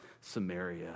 Samaria